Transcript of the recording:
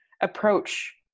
approach